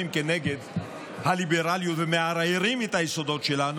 כנגד הליברליות ומערערים את היסודות שלנו.